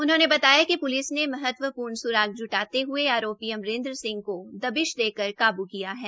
उन्होने बताया की प्लिस ने महत्वपूर्ण सुराग जुटाते हुए आरोपी अमरेंद्र सिंह को दबिश देकर काबू किया है